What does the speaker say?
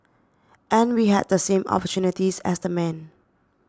and we had the same opportunities as the men